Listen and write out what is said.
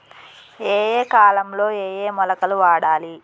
ఏయే కాలంలో ఏయే మొలకలు వాడాలి?